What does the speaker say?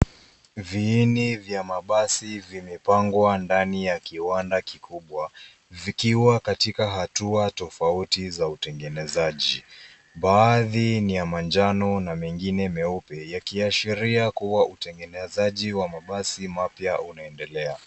Viini vya mabasi vimepangwa ndani ya kiwanda kikubwa, vikiwa katika hatua tofauti za utengenezaji. Baadhi ni ya manjano na mengine meupe yakiashiria kuwa utengenezaji wa mabasi mapya unaendelea.